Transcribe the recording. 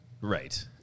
Right